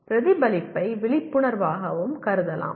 பிரதிபலிப்பை விழிப்புணர்வாகவும் கருதலாம்